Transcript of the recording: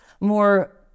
more